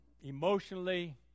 emotionally